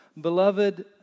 Beloved